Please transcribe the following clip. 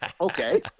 Okay